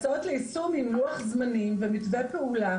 הצעות ליישום עם לוח זמנים ומתווה פעולה